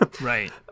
right